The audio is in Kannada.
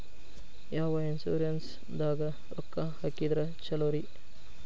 ಯಾವ ಇನ್ಶೂರೆನ್ಸ್ ದಾಗ ರೊಕ್ಕ ಹಾಕಿದ್ರ ಛಲೋರಿ?